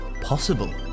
possible